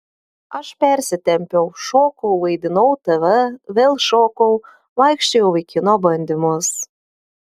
aš persitempiau šokau vaidinau tv vėl šokau vaikščiojau į kino bandymus